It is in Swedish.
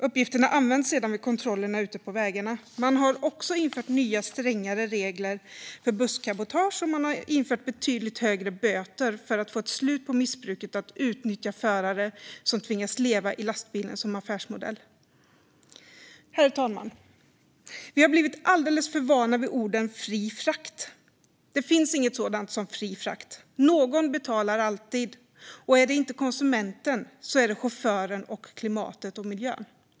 Uppgifterna används sedan vid kontrollerna ute på vägarna. Man har också infört nya strängare regler för busscabotage, och man har infört betydligt högre böter för att få ett slut på missbruket att utnyttja förare som tvingas leva i lastbilen som affärsmodell. Herr talman! Vi har blivit alldeles för vana vid orden "fri frakt". Det finns inget sådant som "fri frakt". Någon betalar alltid, och är det inte konsumenten så är det chauffören, klimatet och miljön.